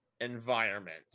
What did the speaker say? environment